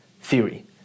theory